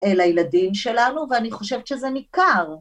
אל הילדים שלנו, ואני חושבת שזה ניכר.